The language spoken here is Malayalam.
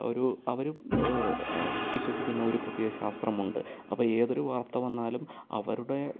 ഒരു അവർ വിശ്വസിക്കുന്ന ഒരു പ്രത്യാശാസ്ത്രമുണ്ട് അപ്പോൾ ഏതൊരു വാർത്ത വന്നാലും അവരുടെ